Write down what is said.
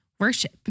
Worship